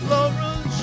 Lauren